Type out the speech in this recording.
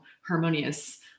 harmonious